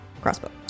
crossbow